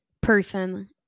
person